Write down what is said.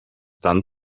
dann